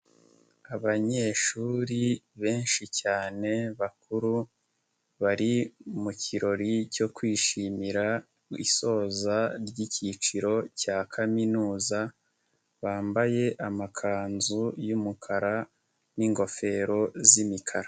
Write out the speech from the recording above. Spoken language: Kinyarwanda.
Abanyeshuri benshi cyane bakuru bari mukirori cyo kwishimira isoza ry'ikciro cya kaminuza, bambaye amakanzu y'umukara n'ingofero z'imikara.